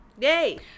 Yay